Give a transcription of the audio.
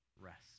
rest